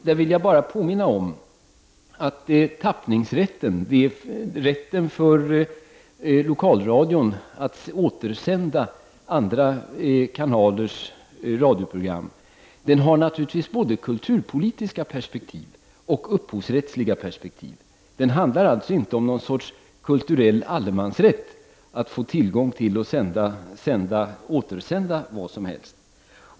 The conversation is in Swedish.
Jag vill bara påminna om att tappningsrätten, rätten för lokalradion att återsända andra kanalers radioprogram, har både kulturpolitiska och upphovsrättsliga perspektiv. Det handlar inte om något slags kulturell allemansrätt att få tillgång till och återsända vad som helst.